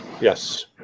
Yes